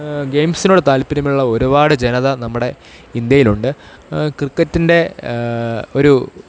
ഗെയിംസിനോട് താൽപ്പര്യമുള്ള ഒരുപാട് ജനത നമ്മുടെ ഇന്ത്യയിൽ ഉണ്ട് ക്രിക്കറ്റിൻ്റെ ഒരു